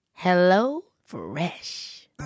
HelloFresh